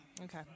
Okay